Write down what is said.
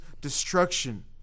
destruction